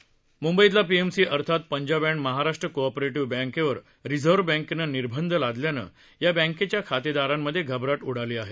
म्ंबईतल्या पीएमसी अर्थात Punjab and Maharashtra co operative बँकेवर रिझर्व बँकेनं निर्बंध लादल्यानं या बँकेच्या खातेदारांमध्ये घबराट उडाली आहे